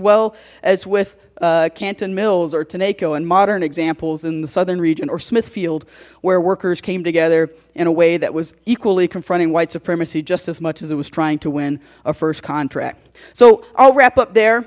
well as with canton mills orton aco and modern examples in the southern region or smithfield where workers came together in a way that was equally confronting white supremacy just as much as it was trying to win a first contract so i'll wrap up there